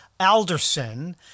Alderson